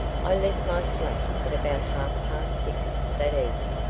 i left my flat at about half-past six that evening,